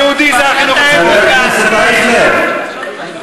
אדוני היושב-ראש, רצית לעשות לנו טובות.